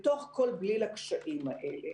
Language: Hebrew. בתוך כל בליל הקשיים האלה,